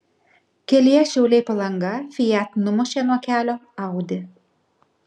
kelyje šiauliai palanga fiat numušė nuo kelio audi